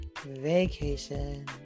vacation